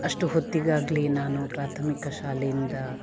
ಅಷ್ಟು ಹೊತ್ತಿಗಾಗಲೇ ನಾನು ಪ್ರಾಥಮಿಕ ಶಾಲೆಯಿಂದ